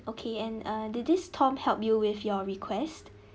okay and uh did this tom help you with your request